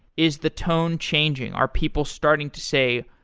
is the tone changing? are people starting to say,